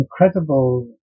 incredible